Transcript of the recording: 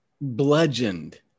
bludgeoned